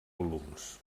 volums